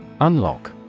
Unlock